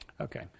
Okay